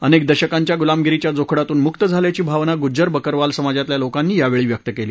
अनेक दशकांच्या गुलामगिरीच्या जोखडातून मुक्त झाल्याची भावना गुज्जर बकरवाल समाजातल्या लोकांनी यावेळी व्यक्त केली